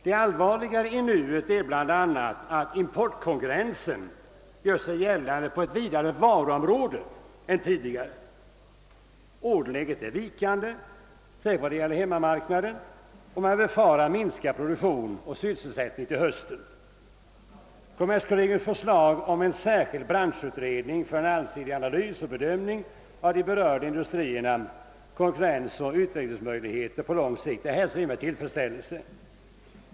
Det allvarliga i nuet är bl.a. att importkonkurrensen. gör sig gällande på ett vidare varuområde än tidigare. Orderläget är vikande, särskilt vad det gäller hemmamarknaden, och man befarar minskad produktion och sysselsättning till "hösten. KommerskoHegii förslag om en särskild branschutredning för en allsidig analys och bedömning av de berörda industriernas konkurrensoch utvecklingsmöjligheter på lång sikt hälsas med tillfredsställelse.